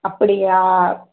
அப்படியா